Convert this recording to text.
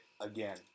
again